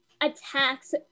attacks